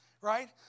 right